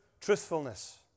truthfulness